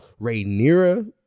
Rhaenyra